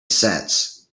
sense